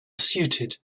suited